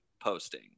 posting